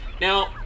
Now